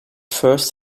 first